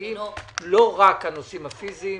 חברתיים ולא רק הנושאים הפיזיים.